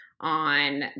on